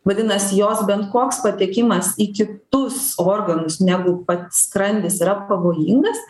vadinasi jos bent koks patekimas į kitus organus negu pats skrandis yra pavojingas